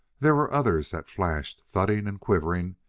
there were others that flashed, thudding and quivering,